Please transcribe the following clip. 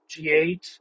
G8